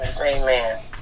amen